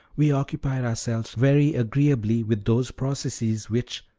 we occupied ourselves very agreeably with those processes which,